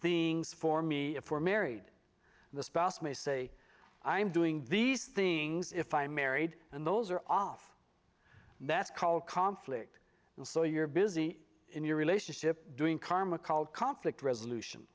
things for me if we're married the spouse may say i'm doing these things if i'm married and those are off and that's called conflict and so you're busy in your relationship doing karma called conflict resolution